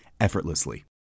effortlessly